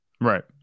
Right